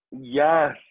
Yes